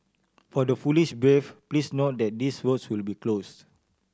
for the foolish brave please note that these roads will be closed